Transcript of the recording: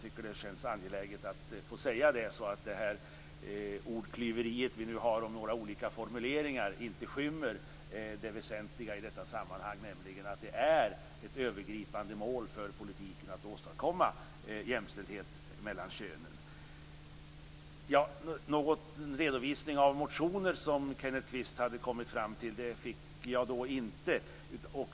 Det känns angeläget att få säga det, så att ordklyveriet om olika formuleringar inte skymmer det väsentliga i detta sammanhang. Det är ett övergripande mål för politiken att åstadkomma jämställdhet mellan könen. Någon redovisning av motioner fick jag inte från Kenneth Kvist.